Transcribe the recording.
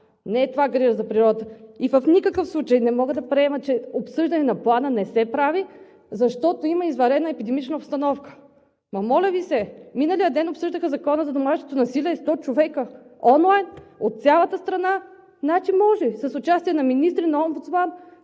Не е това грижата за природата! В никакъв случай не мога да приема, че обсъждане на Плана не се прави, защото има извънредна епидемична обстановка. Ама, моля Ви се! Миналия ден обсъждаха Закона за домашното насилие сто човека онлайн от цялата страна. Значи може с участие на министри, на омбудсман?!